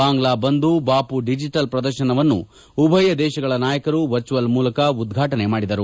ಬಾಂಗ್ಲಾ ಬಂಧು ಬಾಮ ಡಿಜಿಟಲ್ ಪ್ರದರ್ಶನವನ್ನು ಉಭಯ ದೇಶಗಳ ನಾಯಕರು ವರ್ಚುವಲ್ ಮೂಲಕ ಉದ್ವಾಟನೆ ಮಾಡಿದರು